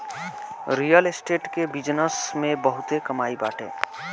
real estate के business में बहुते कमाई बाटे